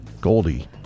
Goldie